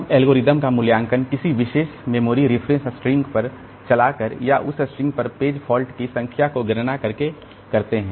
हम एल्गोरिदम का मूल्यांकन किसी विशेष मेमोरी रेफरेंस स्ट्रिंग पर चलाकर और उस स्ट्रिंग पर पेज फॉल्ट की संख्या की गणना करके करते हैं